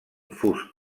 fust